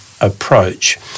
approach